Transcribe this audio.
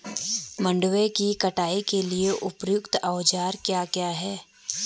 मंडवे की कटाई के लिए उपयुक्त औज़ार क्या क्या हैं?